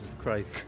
Christ